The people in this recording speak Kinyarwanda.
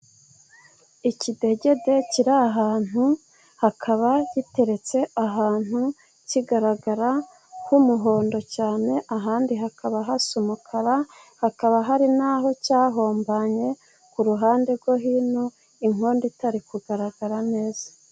Ikidegede kiri ahantu kikaba giteretse ahantu kigaragara nk'umuhondo cyane, ahandi hakaba hasa n'umukara hakaba hari n'aho cyahombanye, ku ruhande rwo hino inkondo itari kugaragara neza.